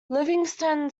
livingston